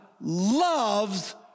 loves